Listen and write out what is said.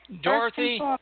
Dorothy